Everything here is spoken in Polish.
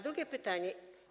Drugie pytanie.